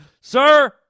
Sir